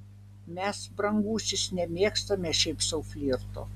mes brangusis nemėgstame šiaip sau flirto